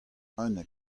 unnek